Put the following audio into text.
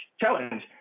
challenge